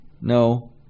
no